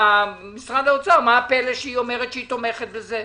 משרד האוצר מה הפלא שהיא אומרת שהיא תומכת בזה?